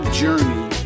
journey